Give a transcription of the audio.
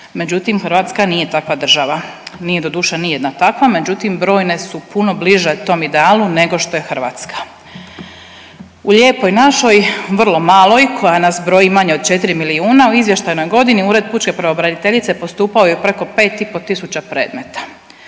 međutim Hrvatska nije takva država. nije doduše nijedna takva, međutim brojne su puno bliže tom idealu nego što je Hrvatska. U Lijepoj našoj vrlo maloj koja nas broji manje od 4 milijuna u izvještajnoj godini Ured pučke pravobraniteljice postupao je u preko 5,5 tisuća predmeta.